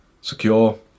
secure